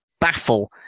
baffle